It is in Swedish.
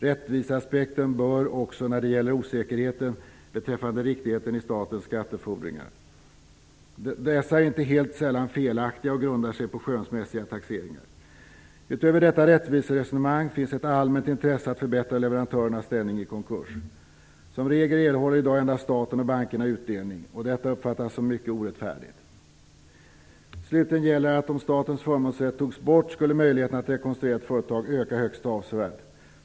Rättviseaspekten bär också när det gäller osäkerheten beträffande riktigheten i statens skattefordringar. Dessa är inte helt sällan felaktiga och grundar sig på skönsmässiga taxeringar. Utöver detta rättviseresonemang finns ett allmänt intresse av att förbättra leverantörernas ställning i konkurser. Som regel erhåller i dag endast staten och bankerna utdelning, och detta uppfattas som mycket orättfärdigt. Slutligen gäller att om statens förmånsrätt togs bort skulle möjligheterna att rekonstruera ett företag öka högst avsevärt.